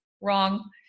Wrong